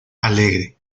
alegre